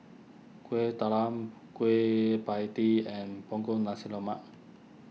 Kuih Talam Kueh Pie Tee and Punggol Nasi Lemak